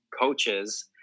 coaches